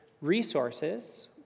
resources